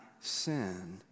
sin